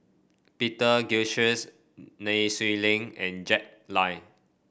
Peter Gilchrist Nai Swee Leng and Jack Lai